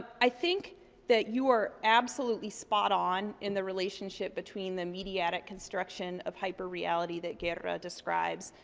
i think that you are absolutely spot-on in the relationship between the mediatic construction of hyperreality that guerra describes,